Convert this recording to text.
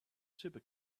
super